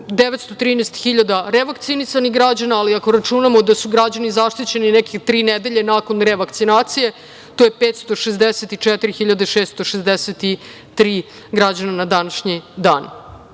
913.000 revakcinisanih građana, ali ako računamo da su građani zaštićeni nekih tri nedelje nakon revakcinacije, to je 564.663 građana na današnji